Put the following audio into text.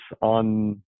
on